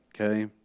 Okay